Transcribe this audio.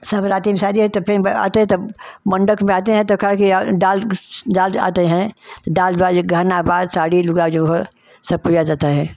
सब रात म शादी है त फेन ब आते हैं तब मंडक में आते हैं त कहा कि डाल डाल आते हैं त डाल बा जे गहना बा साड़ी लुगा जो ह सब पूजा जाता है